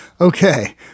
Okay